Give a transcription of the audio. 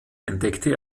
entdeckte